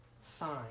sign